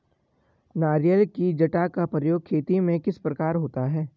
नारियल की जटा का प्रयोग खेती में किस प्रकार होता है?